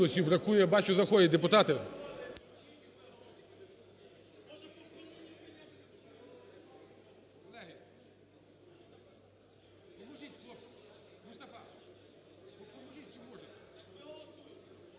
бачу, заходять депутати.